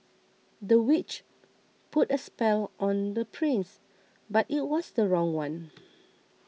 the witch put a spell on the prince but it was the wrong one